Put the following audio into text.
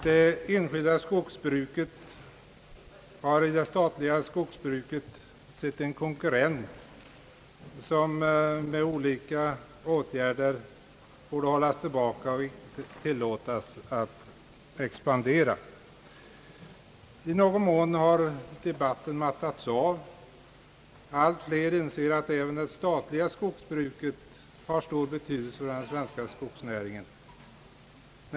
Det enskilda skogsbruket har i det statliga skogsbruket sett en konkurrent, som med olika åtgärder borde hållas tillbaka och inte tillåtas att expan dera. I någon mån har debatten mattats av. Allt fler människor inser att även det statliga skogsbruket har stor betydelse för den svenska skogsnäringen.